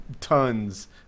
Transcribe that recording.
tons